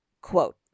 quote